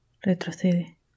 retrocede